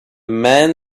man